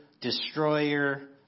destroyer